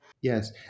Yes